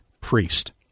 Priest